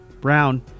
Brown